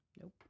Nope